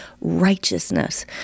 righteousness